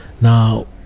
Now